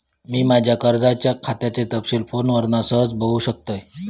मी माज्या कर्जाच्या खात्याचे तपशील फोनवरना सहज बगुक शकतय